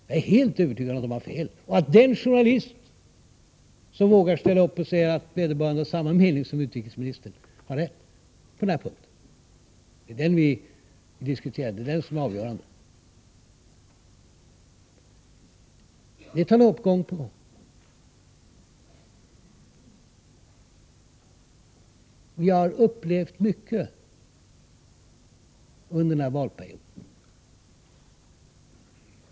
Jag är helt övertygad om att de har fel och att den journalist som vågar ställa upp och säga att han har samma mening som utrikesministern har rätt på den punkt som är avgörande och som vi diskuterar. Detta tar ni upp gång på gång. Jag har upplevt mycket under denna valperiod.